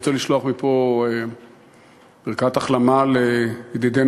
רוצה לשלוח מפה ברכת החלמה לידידנו,